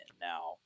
now